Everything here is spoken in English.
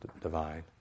divine